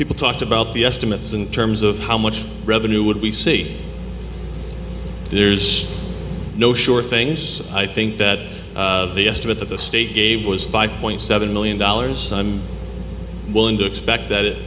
people talked about the estimates in terms of how much revenue would be say there's no sure thing i think that the estimate of the state gave was five point seven million dollars i'm willing to expect that it